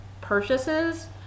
purchases